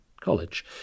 college